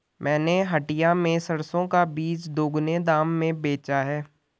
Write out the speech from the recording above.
मैंने हटिया में सरसों का बीज दोगुने दाम में बेचा है